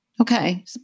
Okay